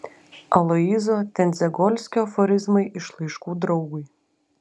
aloyzo tendzegolskio aforizmai iš laiškų draugui